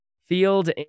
field